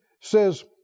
says